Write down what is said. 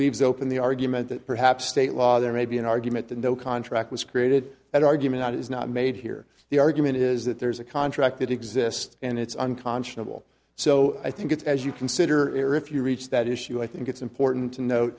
leaves open the argument that perhaps state law there may be an argument that no contract was created that argument is not made here the argument is that there's a contract that exists and it's unconscionable so i think it's as you consider if you reach that issue i think it's important to no